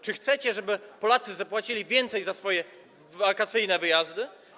Czy chcecie, żeby Polacy zapłacili więcej za swoje wakacyjne wyjazdy?